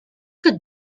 could